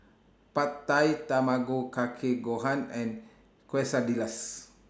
Pad Thai Tamago Kake Gohan and Quesadillas